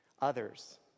others